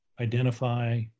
identify